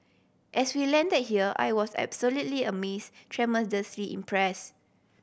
as we land here I was absolutely amaze tremendously impress